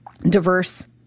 Diverse